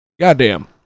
Goddamn